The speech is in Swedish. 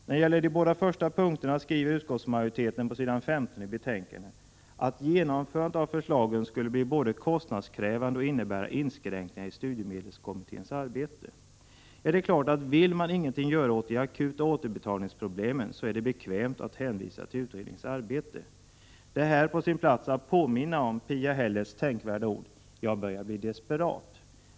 När det gäller de båda första punkterna skriver utskottsmajoriteten på s. 15 i betänkandet att genomförandet av förslagen både skulle bli kostnadskrävande och innebära inskränkningar i studiemedelskommitténs arbete. Ja, det är klart att vill man ingenting göra åt de akuta återbetalningsproblemen är det bekvämt att hänvisa till utredningens arbete. Det är här på sin plats att påminna om Pia Hellertz tänkvärda ord ”Jag börjar bli desperat.